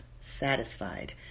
satisfied